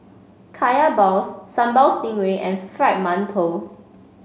Kaya Balls Sambal Stingray and Fried Mantou